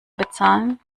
bezahlen